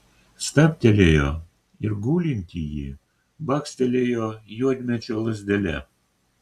stabtelėjo ir gulintįjį bakstelėjo juodmedžio lazdele